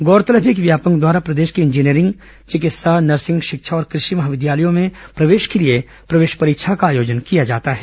गौरतलब है कि व्यापमं द्वारा प्रदेश के इंजीनियरिंग चिकित्सा नर्सिंग शिक्षा और कृषि महाविद्यालयों में प्रवेश के लिए प्रवेश परीक्षा का आयोजन किया जाना है